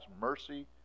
mercy